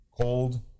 cold